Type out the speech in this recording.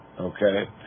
Okay